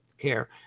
care